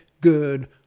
good